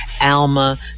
ALMA